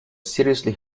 seriously